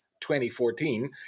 2014